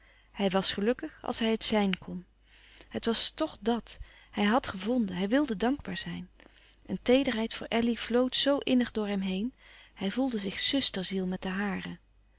hij was gelukkig als hij het zijn kon het was toch dàt hij had gevonden hij wilde dankbaar zijn een teederheid voor elly vloot zoo innig door hem heen hij voelde zich zusterziel met de hare